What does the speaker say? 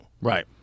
right